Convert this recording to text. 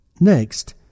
Next